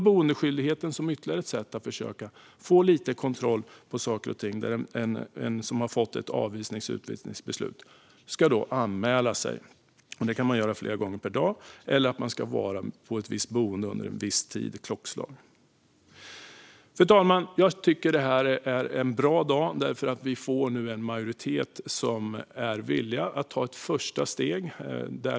Boendeskyldigheten är ytterligare ett sätt att försöka få lite kontroll på saker och ting. Den som har fått ett avvisnings eller utvisningsbeslut ska då anmäla sig, vilket kan ske flera gånger per dag, eller vara på ett visst boende vid ett visst klockslag. Fru talman! Jag tycker att detta är en bra dag, för vi får nu en majoritet som är villig att ta ett första steg.